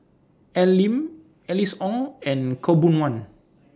Al Lim Alice Ong and Khaw Boon Wan